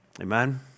Amen